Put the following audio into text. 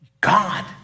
God